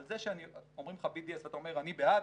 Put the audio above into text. אבל זה שאומרים לך BDS ואתה אומר 'אני בעד',